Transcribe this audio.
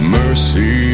mercy